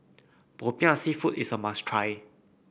popiah seafood is a must try